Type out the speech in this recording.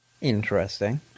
interesting